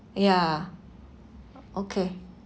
ya okay